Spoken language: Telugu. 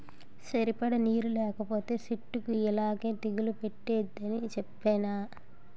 సరిపడా నీరు లేకపోతే సెట్టుకి యిలాగే తెగులు పట్టేద్దని సెప్పేనా?